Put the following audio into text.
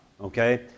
okay